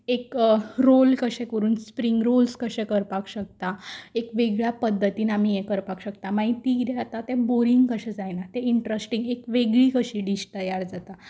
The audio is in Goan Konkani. एक रोल कशें करून स्प्रींग रोल्स कशें करपाक शकता एक वेगळ्या पद्दतीन आमी हें करपाक शकता आमी मागीर तें कितें जाता तें बोरींग कशें जायना तें इंटरेस्टींग एक वेगळी कशी डीश तयार जाता